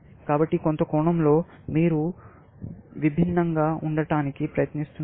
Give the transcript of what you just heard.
కాబట్టి కొంత కోణం లో మీరు విభిన్నంగా ఉండటానికి ప్రయత్నిస్తున్నారు